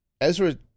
Ezra